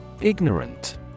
Ignorant